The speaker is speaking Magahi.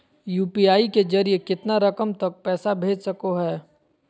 यू.पी.आई के जरिए कितना रकम तक पैसा भेज सको है?